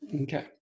Okay